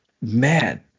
man